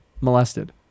molested